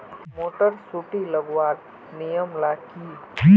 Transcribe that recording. Motor सुटी लगवार नियम ला की?